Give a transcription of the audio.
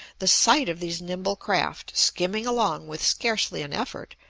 the sight of these nimble craft, skimming along with scarcely an effort,